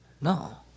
no